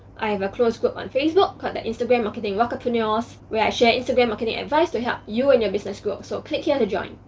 i have a closed group on facebook called the instagram marketing rockerpreneurs where i share instagram marketing advice to help you and your business grow. so click here to join.